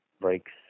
breaks